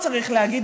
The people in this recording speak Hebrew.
צריך להגיד,